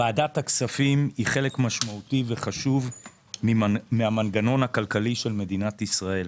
ועדת הכספים היא חלק משמעותי וחשוב מהמנגנון הכלכלי של מדינת ישראל.